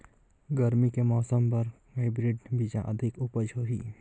गरमी के मौसम बर कौन हाईब्रिड बीजा अधिक उपज होही?